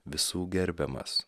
visų gerbiamas